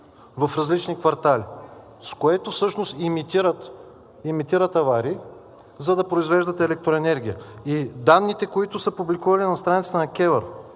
в различни квартали, с което всъщност имитират аварии, за да произвеждат електроенергия. И данните, които са публикували на страницата на КЕВР,